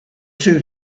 two